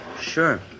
Sure